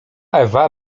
ewa